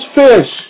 fish